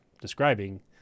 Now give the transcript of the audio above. describing